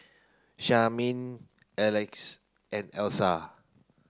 Charmaine Alexys and Elsa